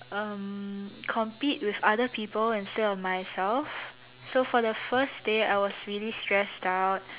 um compete with other people instead of myself so for the first day I was really stressed out